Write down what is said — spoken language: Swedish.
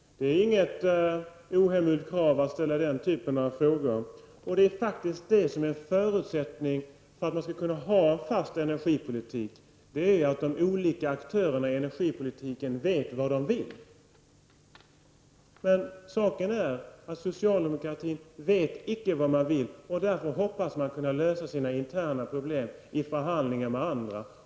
Det är inget ohemult krav att ställa den typen av frågor. Det är det som är förutsättningen för att man skall kunna ha en fast energipolitik, dvs. att de olika aktörerna inom energipolitiken vet vad de vill. Men inom socialdemokratin vet man icke vad man vill. Därför hoppas man kunna lösa sina interna problem i förhandlingar med andra.